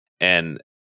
And-